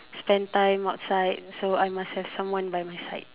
spend time outside so I must have someone by my side